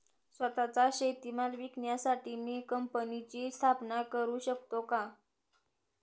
स्वत:चा शेतीमाल विकण्यासाठी मी कंपनीची स्थापना करु शकतो का?